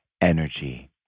energy